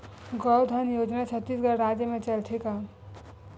गौधन योजना छत्तीसगढ़ राज्य मा चलथे का?